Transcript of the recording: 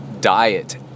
diet